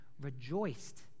rejoiced